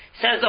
Says